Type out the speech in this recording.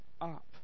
up